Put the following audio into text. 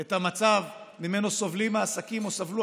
את המצב שממנו סובלים העסקים או סבלו